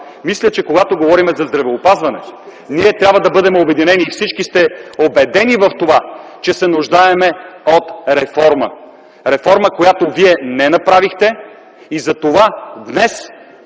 Мисля, че когато говорим за здравеопазване, ние трябва да бъдем обединени. Всички сте убедени в това, че се нуждаем от реформа – реформа, която Вие не направихте. Това, за което